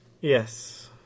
Yes